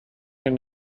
can